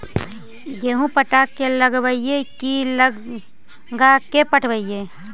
गेहूं पटा के लगइबै की लगा के पटइबै?